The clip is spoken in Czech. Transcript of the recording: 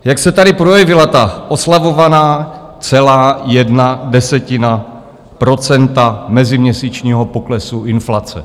Jak se tady projevila ta oslavovaná celá jedna desetina procenta meziměsíčního poklesu inflace?